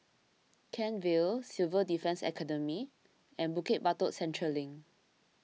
Kent Vale Civil Defence Academy and Bukit Batok Central Link